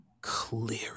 clear